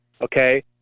Okay